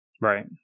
right